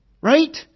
right